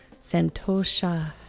Santosha